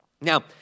Now